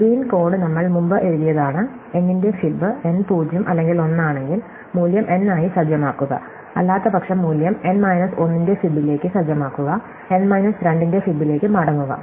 green code നമ്മൾ മുമ്പ് എഴുതിയതാണ് n ന്റെ ഫിബ് n 0 അല്ലെങ്കിൽ 1 ആണെങ്കിൽ മൂല്യം n ആയി സജ്ജമാക്കുക അല്ലാത്തപക്ഷം മൂല്യം n മൈനസ് 1 ന്റെ ഫിബിലേക്ക് സജ്ജമാക്കുക n മൈനസ് 2 ന്റെ ഫിബിലേക്ക് മടങ്ങുക